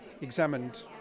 examined